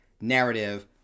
narrative